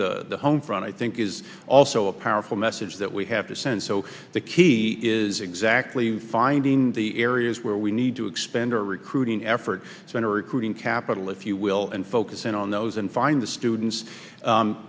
the home front i think is also a powerful message that we have to send so the key is exactly finding the areas where we need to expand our recruiting effort center recruiting capital if you will and focus in on those and find the students